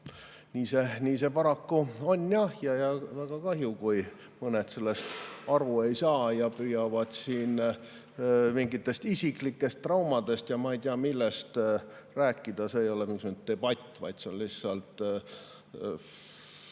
Nii see paraku on jah. Väga kahju, kui mõned sellest aru ei saa ja püüavad siin mingitest isiklikest traumadest ja ma ei tea millest rääkida. See ei ole mingisugune debatt, vaid see on lihtsalt